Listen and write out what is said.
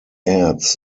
adds